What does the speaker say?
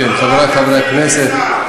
חברי חברי הכנסת,